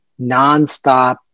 nonstop